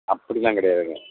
அப்படில்லாம் கிடையாதுங்க